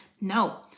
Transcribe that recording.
no